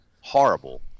horrible